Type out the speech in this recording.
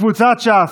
קבוצת סיעת ש"ס,